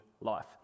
life